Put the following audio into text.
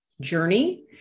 journey